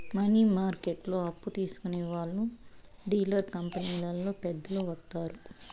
money మార్కెట్లో అప్పు తీసుకునే వాళ్లు డీలర్ కంపెనీలో పెద్దలు వత్తారు